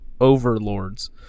overlords